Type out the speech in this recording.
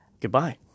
Goodbye